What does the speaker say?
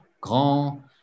grand